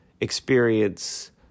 experience